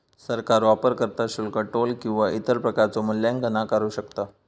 सरकार वापरकर्ता शुल्क, टोल किंवा इतर प्रकारचो मूल्यांकन आकारू शकता